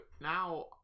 now